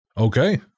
Okay